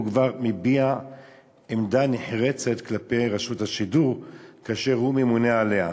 הוא כבר מביע עמדה נחרצת כלפי רשות השידור כאשר הוא ממונה עליה.